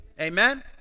Amen